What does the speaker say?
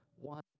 One